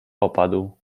opadł